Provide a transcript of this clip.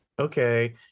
okay